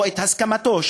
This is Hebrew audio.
או הסכמתו,